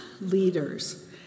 leaders